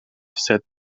said